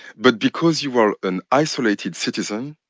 but because you are an isolated citizen,